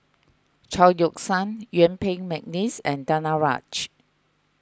Chao Yoke San Yuen Peng McNeice and Danaraj